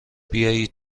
بیایید